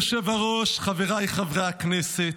אדוני היושב-ראש, חבריי חברי הכנסת,